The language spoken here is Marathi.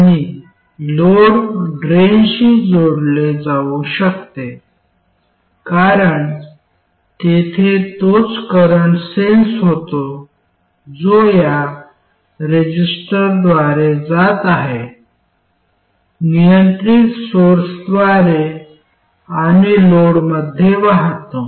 आणि लोड ड्रेनशी जोडले जाऊ शकते कारण येथे तोच करंट सेन्स होतो जो या रेझिस्टरद्वारे जात आहे नियंत्रित सोर्सद्वारे आणि लोडमध्ये वाहतो